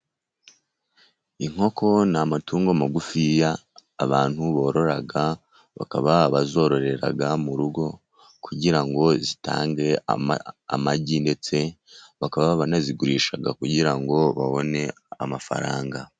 Inkoko ni amatungo magufiya abantu borora, bakaba bazororera mu rugo kugira ngo zitange amagi, ndetse bakaba banazigurisha kugira ngo babone amafaranga.